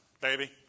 baby